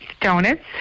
donuts